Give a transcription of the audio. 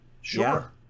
Sure